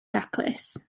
daclus